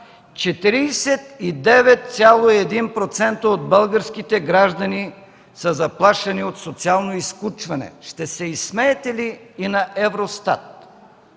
49,1% от българските граждани са заплашени от социално изключване. Ще се изсмеете ли и на ЕВРОСТАТ?